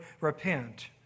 repent